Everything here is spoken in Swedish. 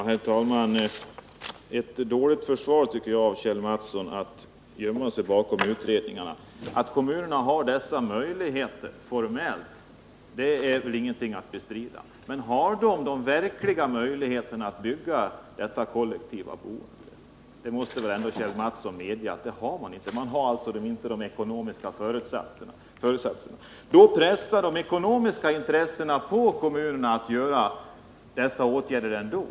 Herr talman! Det är ett dåligt försvar av Kjell Mattsson att gömma sig bakom utredningarna. Att kommunerna har dessa möjligheter formellt är väl ingenting att bestrida, men har de verkliga möjligheter att bygga detta kollektiva boende? Det måste väl ändå Kjell Mattsson medge att de inte har. De har alltså inte de ekonomiska förutsättningarna. Då pressar de ekonomiska intressena på kommunerna att vidta åtgärder ändå.